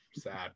sad